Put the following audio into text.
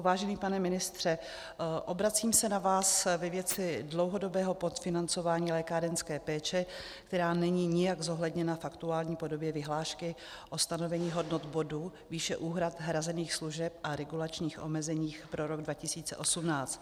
Vážený pane ministře, obracím se na vás ve věci dlouhodobého podfinancování lékárenské péče, která není nijak zohledněna v aktuální podobě vyhlášky o stanovení hodnot bodu, výše úhrad hrazených služeb a regulačních omezení pro rok 2018.